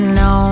no